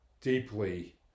deeply